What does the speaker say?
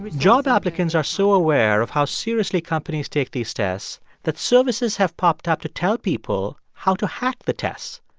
but job applicants are so aware of how seriously companies take these tests that services have popped up to tell people how to hack the tests.